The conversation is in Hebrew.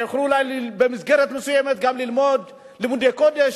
שיוכלו במסגרת מסוימת גם ללמוד לימודי קודש,